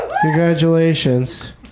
Congratulations